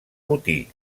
botí